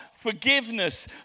forgiveness